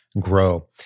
grow